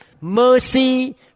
mercy